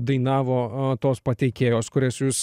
dainavo tos pateikėjos kurias jūs